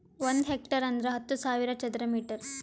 ಒಂದ್ ಹೆಕ್ಟೇರ್ ಅಂದರ ಹತ್ತು ಸಾವಿರ ಚದರ ಮೀಟರ್